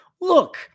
look